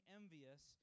envious